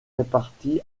répartis